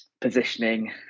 positioning